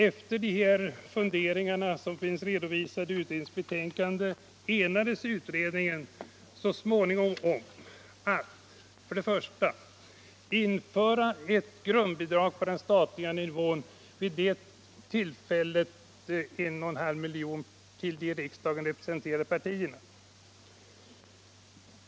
Efter dessa funderingar, som finns redovisade i utredningens betänkande, enades utredningen slutligen om att införa ett grundbidrag på den statliga nivån, vilket vid det tillfället utgjorde 1,5 milj.kr., till de i riksdagen representerade partierna.